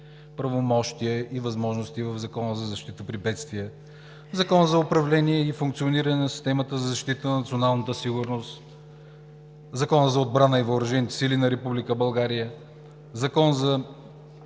правомощия и възможности в Закона за защита при бедствия, Закона за управление и функциониране на системата за защита на националната сигурност, Закона за отбраната и въоръжените сили на Република